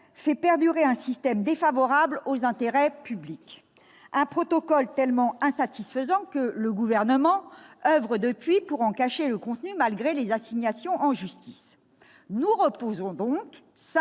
fait perdurer un système défavorable aux intérêts publics, un protocole tellement insatisfaisant qu'il oeuvre depuis lors pour en cacher le contenu malgré les assignations en justice. Nous rouvrons donc, cinq